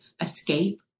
escape